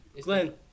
Glenn